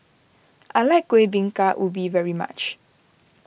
I like Kuih Bingka Ubi very much